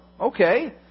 Okay